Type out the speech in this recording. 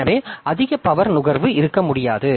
எனவே அதிக பவர் நுகர்வு இருக்க முடியாது